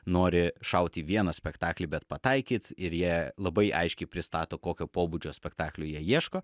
nori šauti vieną spektaklį bet pataikyt ir jie labai aiškiai pristato kokio pobūdžio spektaklio jie ieško